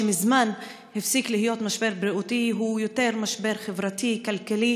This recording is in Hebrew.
שמזמן הפסיק להיות משבר בריאותי והוא יותר משבר חברתי-כלכלי,